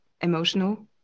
emotional